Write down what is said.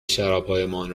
شرابهایمان